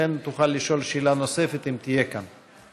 לכן תוכל לשאול שאלה נוספת אם תהיה כאן.